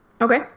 okay